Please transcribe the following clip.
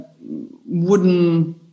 wooden